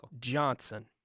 Johnson